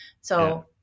So-